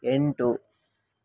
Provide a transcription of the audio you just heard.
ಎಂಟು